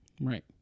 right